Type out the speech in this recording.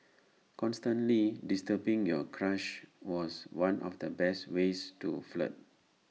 constantly disturbing your crush was one of the best ways to flirt